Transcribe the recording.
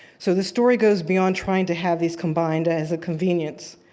so the story goes beyond trying to have these combined as a convenience.